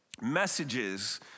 messages